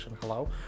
hello